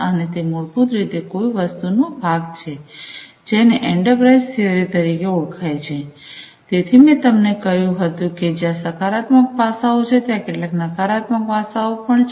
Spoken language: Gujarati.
અને તે મૂળભૂત રીતે કોઈ વસ્તુ નો ભાગ છે જેને એન્ટરપ્રાઇઝ થીયરી તરીકે ઓળખાય છે તેથી મેં તમને કહ્યું હતું કે જ્યાં સકારાત્મક પાસાઓ છે ત્યાં કેટલાક નકારાત્મક પાસાઓ પણ છે